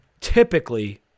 typically